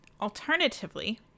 alternatively